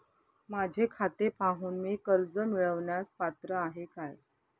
माझे खाते पाहून मी कर्ज मिळवण्यास पात्र आहे काय?